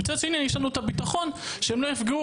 ומצד שני יש לנו את הביטחון שהם לא יפגעו